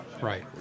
Right